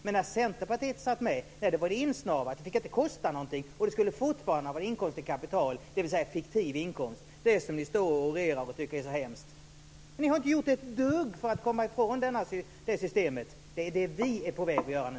Men när Centerpartiet satt med fick det inte kosta någonting, och det skulle fortfarande gälla inkomst av kapital, dvs. fiktiv inkomst - det ni orerar om och tycker är så hemskt. Ni har inte gjort ett dugg för att komma ifrån systemet. Det är det vi är på väg att göra nu.